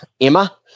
Emma